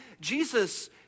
Jesus